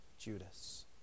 Judas